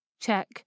Check